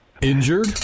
Injured